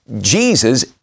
Jesus